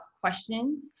questions